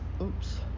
oops